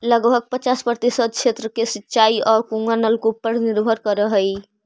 लगभग पचास प्रतिशत क्षेत्र के सिंचाई कुआँ औ नलकूप पर निर्भर करऽ हई